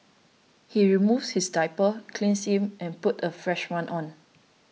she removes his diaper cleans him and puts a fresh one on